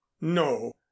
no